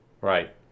Right